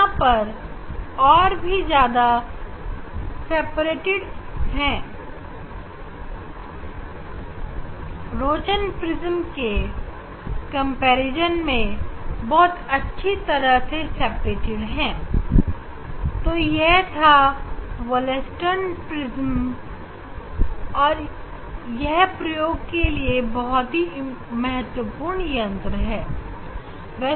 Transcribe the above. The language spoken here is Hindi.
यहां पर और भी ज्यादा सेपरेटेड है रोचन प्रिज्म के कंपैरिजन में बहुत अच्छी तरह से सेपरेटेड है तो यह था बोलासटर्न प्रिज्म यह प्रयोग के लिए एक बहुत ही महत्वपूर्ण यंत्र है